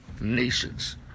nations